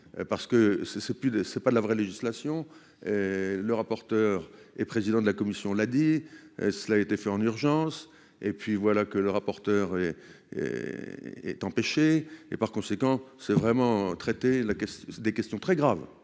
c'est plus de c'est pas la vraie législation le rapporteur et président de la commission l'a dit, cela a été fait en urgence et puis voilà que le rapporteur est empêcher et par conséquent c'est vraiment traiter la question des